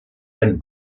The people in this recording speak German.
ein